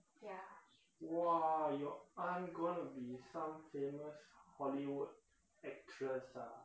!wah! your aunt gonna be some famous hollywood